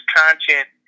content